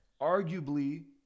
arguably